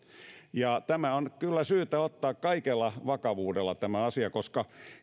tämä asia on kyllä syytä ottaa kaikella vakavuudella koska